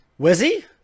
Wizzy